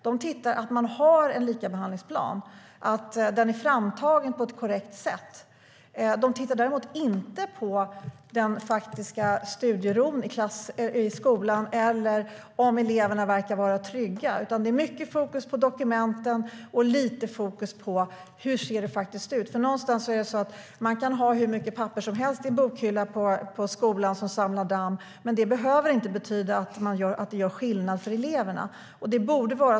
De tittar på om man har en likabehandlingsplan och att den är framtagen på ett korrekt sätt. De tittar däremot inte på den faktiska studieron i skolan eller om eleverna verkar vara trygga. Det är mycket fokus på dokumenten och lite fokus på hur det faktiskt ser ut. Man kan ha hur mycket papper som helst som samlar damm i en bokhylla på skolan, men det behöver inte betyda att det gör skillnad för eleverna.